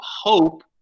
hope